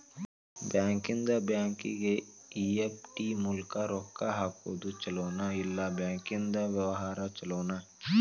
ಬ್ಯಾಂಕಿಂದಾ ಬ್ಯಾಂಕಿಗೆ ಇ.ಎಫ್.ಟಿ ಮೂಲ್ಕ್ ರೊಕ್ಕಾ ಹಾಕೊದ್ ಛಲೊನೊ, ಇಲ್ಲಾ ಬ್ಯಾಂಕಿಂದಾ ವ್ಯವಹಾರಾ ಛೊಲೊನೊ?